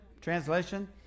translation